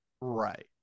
right